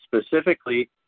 specifically